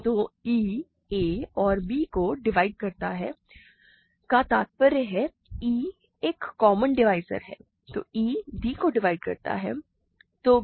तो e a और b को डिवाइड करता है का तात्पर्य है e एक कॉमन डिवाइज़र है तो e d को डिवाइड करता है